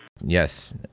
Yes